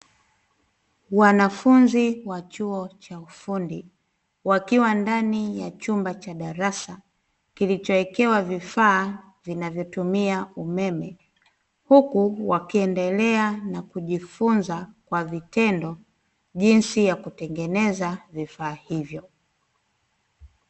Wanafunzi wa chuo cha ufundi wakiwa ndani ya chumba cha darasa kilichowekewa vifaa vinavyotumia umeme, huku wakiendelea na kujifunza kwa vitendo jinsi ya kutengeneza vifaa hivyo.